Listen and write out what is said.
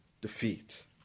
defeat